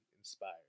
inspired